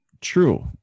true